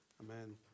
Amen